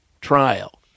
trial